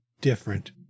different